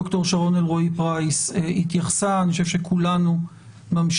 דוקטור שרון אלרעי פרייס התייחסה ואני חושב שכולנו ממשיכים